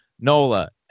Nola